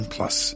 Plus